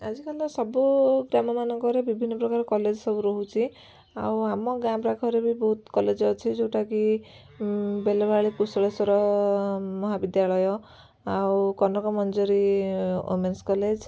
ଆଜିକାଲି ତ ସବୁ ଗ୍ରାମ ମାନଙ୍କରେ ବିଭିନ୍ନ ପ୍ରକାର କଲେଜ ସବୁ ରହୁଛି ଆଉ ଆମ ଗାଁ ପାଖରେ ବି ବହୁତ କଲେଜ ଅଛି ଯେଉଁଟାକି ବେଲବାଳି କୁଶଳେଶ୍ୱର ମହାବିଦ୍ୟାଳୟ ଆଉ କନକ ମଞ୍ଜରୀ ଓମେନ୍ସ କଲେଜ